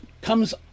comes